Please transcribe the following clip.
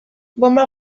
bonba